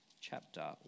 chapter